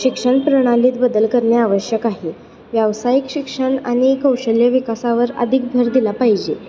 शिक्षण प्रणालीत बदल करणे आवश्यक आहे व्यावसायिक शिक्षण आणि कौशल्य विकासावर अधिक भर दिला पाहिजे